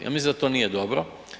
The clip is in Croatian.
Ja mislim da to nije dobro.